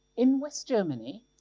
in west germany,